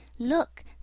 Look